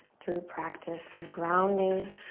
through practice of grounding